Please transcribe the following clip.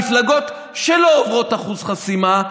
מפלגות שלא עוברות אחוז חסימה,